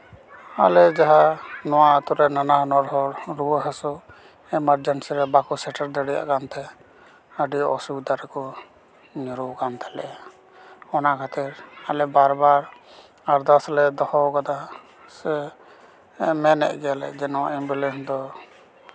ᱟᱞᱮ ᱡᱟᱦᱟᱸ ᱱᱚᱣᱟ ᱟᱛᱳ ᱨᱮᱱ ᱱᱟᱱᱟ ᱦᱩᱱᱟᱹᱨ ᱦᱚᱲ ᱨᱩᱣᱟᱹ ᱦᱟᱹᱥᱩ ᱮᱢᱟᱨᱡᱮᱱᱥᱤ ᱨᱮ ᱵᱟᱠᱚ ᱥᱮᱴᱮᱨ ᱫᱟᱲᱮᱭᱟᱜ ᱠᱟᱱ ᱛᱟᱦᱮᱸᱜ ᱟᱹᱰᱤ ᱚᱥᱩᱵᱤᱫᱷᱟ ᱨᱮᱠᱚ ᱧᱩᱨᱩ ᱟᱠᱟᱱ ᱛᱟᱞᱮᱭᱟ ᱚᱱᱟ ᱠᱷᱟᱹᱛᱤᱨ ᱟᱞᱮ ᱵᱟᱨ ᱵᱟᱨ ᱟᱨᱫᱟᱥ ᱞᱮ ᱫᱚᱦᱚ ᱠᱟᱫᱟ ᱥᱮ ᱢᱮᱱᱮᱜ ᱜᱮᱭᱟᱞᱮ ᱡᱮ ᱱᱚᱣᱟ ᱮᱢᱵᱩᱞᱮᱱᱥ ᱫᱚ